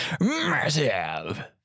massive